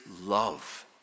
love